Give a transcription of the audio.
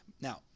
Now